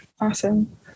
Awesome